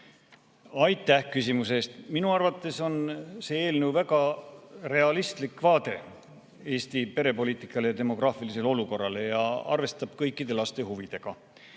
Aitäh küsimuse eest! Minu arvates on see eelnõu väga realistlik vaade Eesti perepoliitikale ja demograafilisele olukorrale ja arvestab kõikide laste huvidega.